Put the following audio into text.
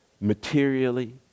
materially